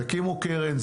תקימו קרן.